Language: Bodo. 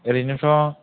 ओरैनो थ'